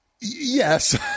yes